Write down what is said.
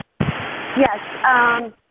Yes